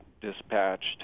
dispatched